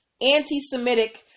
anti-Semitic